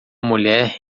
mulher